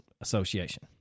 Association